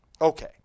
Okay